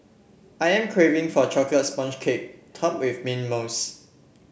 I am craving for a chocolate sponge cake topped with mint mousse